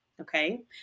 Okay